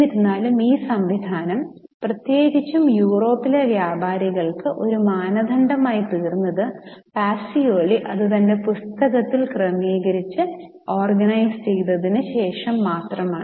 എന്നിരുന്നാലും ഈ സംവിധാനം പ്രത്യേകിച്ചും യൂറോപ്പിലെ വ്യാപാരികൾക്ക് ഒരു മാനദണ്ഡമായിത്തീർന്നത് പാസിയോലി അത് തന്റെ പുസ്തകത്തിൽ ക്രമീകരിച്ച് ഓർഗനൈസു ചെയ്തതിനുശേഷം മാത്രമാണ്